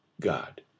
God